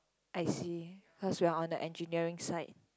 I see cause we're on the engineering side